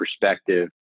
perspective